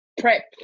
prep